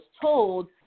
told